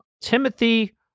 Timothy